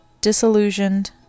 disillusioned